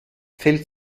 fällt